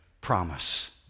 promise